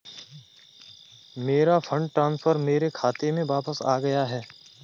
मेरा fund transfer मेरे खाते में वापस आ गया है